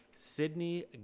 Sydney